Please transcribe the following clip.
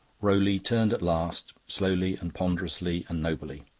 rowley turned at last, slowly and ponderously and nobly,